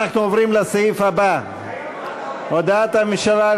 אנחנו עוברים לסעיף הבא: הודעת הממשלה על